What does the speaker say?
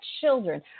children